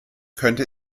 könnte